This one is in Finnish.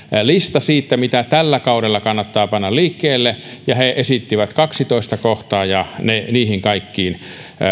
lista siitä mitä tällä kaudella kannattaa panna liikkeelle he esittivät kahdestoista kohtaa ja niihin kaikkiin